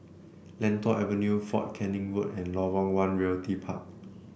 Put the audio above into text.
Lentor Avenue Fort Canning Road and Lorong One Realty Park